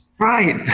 Right